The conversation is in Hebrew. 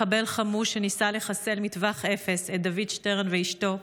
מחבל חמוש ניסה לחסל מטווח אפס את דוד שטרן ואשתו,